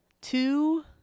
two